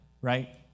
right